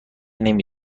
نمی